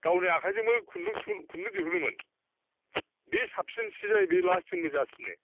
गावनि आखाइजोंबो खुन्दुं थुनो खुन्दुं दिहुनोमोन बे साबसिन सि जायो बे लास्टिंबो जासिनो